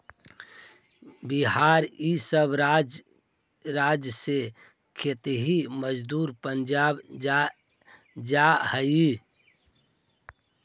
बिहार इ सब राज्य से खेतिहर मजदूर पंजाब जा हई